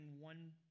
one